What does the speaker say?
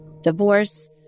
divorce